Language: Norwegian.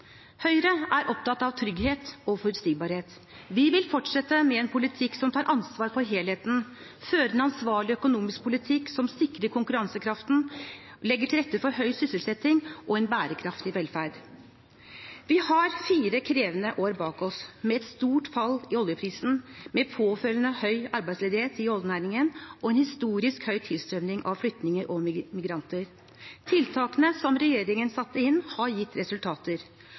Høyre er opptatt av trygghet og forutsigbarhet. Vi vil fortsette med en politikk som tar ansvar for helheten, føre en ansvarlig økonomisk politikk som sikrer konkurransekraften, legger til rette for høy sysselsetting og en bærekraftig velferd. Vi har fire krevende år bak oss, med et stort fall i oljeprisen, med påfølgende høy arbeidsledighet i oljenæringen og en historisk høy tilstrømming av flyktninger og migranter. Tiltakene som regjeringen satte inn, har gitt resultater.